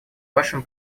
вашем